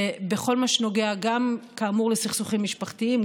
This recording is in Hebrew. בכל מה שנוגע גם כאמור לסכסוכים משפחתיים,